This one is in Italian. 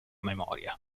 memoria